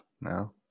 no